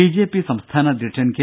BJP സംസ്ഥാന അധ്യക്ഷൻ K